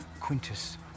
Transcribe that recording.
Quintus